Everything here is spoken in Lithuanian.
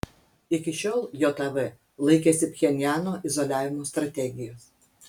iki šiol jav laikėsi pchenjano izoliavimo strategijos